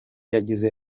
yagize